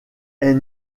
est